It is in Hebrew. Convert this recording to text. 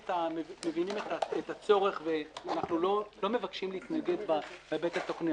את הצורך ואנחנו לא מבקשים להתנגד להיבט התוכני.